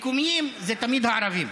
מקומיים זה תמיד הערבים.